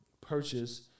purchase